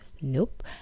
nope